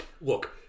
Look